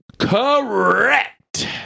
Correct